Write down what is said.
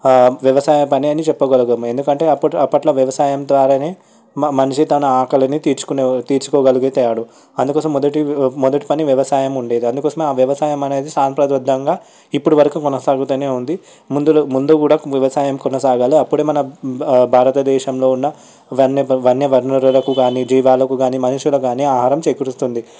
వ్యవసాయం పని అని చెప్పగలుగుతాం ఎందుకంటే అప్పట్లో వ్యవసాయం ద్వారానే మనిషి తన ఆకలిని తీర్చుకునే తీర్చుకోగలిగే తాడు అందుకోసం మొదటి మొదటి పని వ్యవసాయం ఉండేది అందుకోసమే ఆ వ్యవసాయం అనేది సాంప్రదాయపద్ధంగా ఇప్పటివరకు కొనసాగుతూనే ఉంది ముందులో ముందు కూడా వ్యవసాయం కొనసాగాలి అప్పుడే మన భారత దేశంలో ఉన్న వర్ణ వర్ణుల వర్ణులకు గానీ జీవాలకు గానీ మనుషులకు గానీ ఆహారం చేకూరుస్తుంది